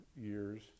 years